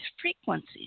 frequencies